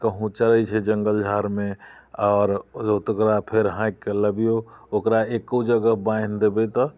कहूँ चरै छै जङ्गल झाड़मे आओर ओकरा फेर हाँकिके लबियौ ओकरा एक्को जगह बान्हि देबै तऽ